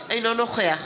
אינו נוכח